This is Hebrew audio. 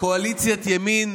קואליציית ימין,